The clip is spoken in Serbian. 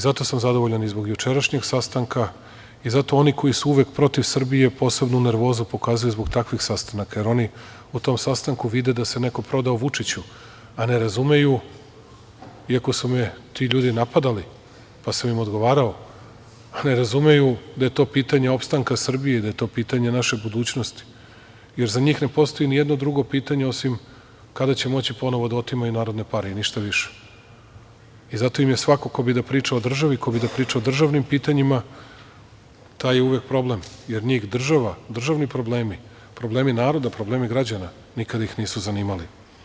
Zato sam zadovoljan i zbog jučerašnjeg sastanka i zato oni koji su uvek protiv Srbije posebnu nervozu pokazuju zbog takvih sastanaka, jer oni u tom sastanku vide da se neko prodao Vučiću, iako su me ti ljudi napadali, pa sam im odgovarao, ne razumeju da je to pitanje opstanka Srbije, da je to pitanje naše budućnosti, jer za njih ne postoji ni jedno drugo pitanje osim - kada će moći ponovo da otimaju narodne pare i ništa više, i zato im je svako ko bi da priča o državi, ko bi da priča o državnim pitanjima taj je uvek problem, jer njih država, državni problemi, problemi naroda, problemi građana nikada ih nisu zanimali.